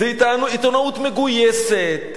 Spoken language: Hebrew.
זו עיתונאות מגויסת,